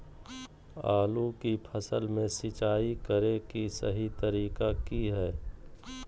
आलू की फसल में सिंचाई करें कि सही तरीका की हय?